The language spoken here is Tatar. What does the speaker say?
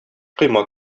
койма